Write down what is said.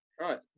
Right